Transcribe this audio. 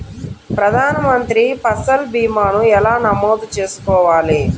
ప్రధాన మంత్రి పసల్ భీమాను ఎలా నమోదు చేసుకోవాలి?